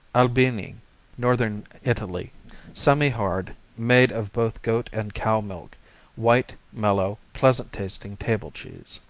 albini northern italy semihard made of both goat and cow milk white, mellow, pleasant-tasting table cheese.